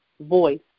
voice